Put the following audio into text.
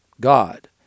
God